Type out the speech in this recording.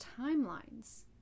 timelines